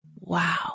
wow